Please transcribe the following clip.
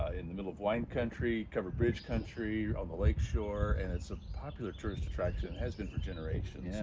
ah in the middle of wine country, covered bridge country on the lake shore. and it's a popular tourist attraction. it has been for generations.